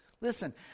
Listen